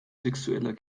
sexueller